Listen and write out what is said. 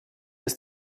ist